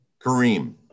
Kareem